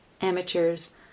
amateurs